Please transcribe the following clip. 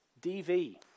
DV